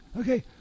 Okay